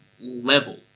level